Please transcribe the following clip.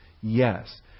Yes